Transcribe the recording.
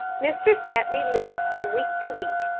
mr. stepney lived from week to week.